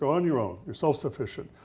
on your own, your self sufficient.